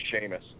Sheamus